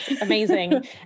amazing